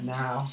now